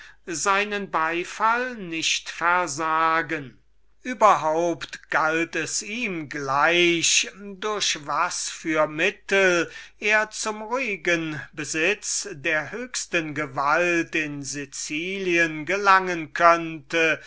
seinen beifall nicht versagen überhaupt galt es ihm gleich durch was für mittel er zu ruhigem besitz der höchsten gewalt in sicilien gelangen könnte